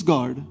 God